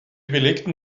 belegten